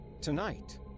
Tonight